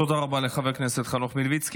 תודה רבה לחבר הכנסת חנוך מלביצקי.